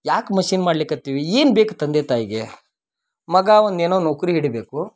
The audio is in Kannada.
ಯಾಕೆ ಮಷಿನ್ ಮಾಡ್ಲಿಕತ್ತೇವಿ ಏನು ಬೇಕು ತಂದೆ ತಾಯಿಗೆ ಮಗ ಒಂದು ಏನೋ ನೌಕ್ರಿ ಹಿಡಿಬೇಕು